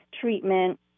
treatment